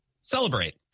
celebrate